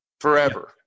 forever